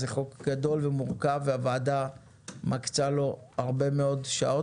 זה חוק גדול ומורכב והוועדה הזאת מקצה לו הרבה מאוד שעות.